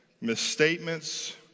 misstatements